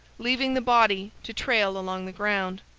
leaving the body to trail along the ground.